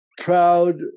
proud